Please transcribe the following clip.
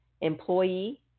employee